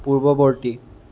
পূৰ্ৱৱৰ্তী